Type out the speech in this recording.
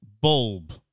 Bulb